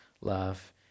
love